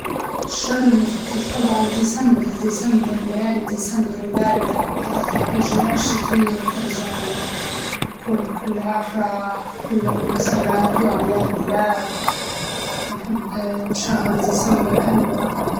الشهر المفضل طبعاً ديسمبر، ديسمبر ليالي ديسمبر الباردة الأجواء الشتوية بترجع ليه بكون كلها أفراح وكلها مناسبات، وأعياد ميلاد ونحب شهر ديسمبر هلبة.